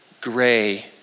gray